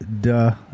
duh